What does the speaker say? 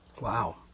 Wow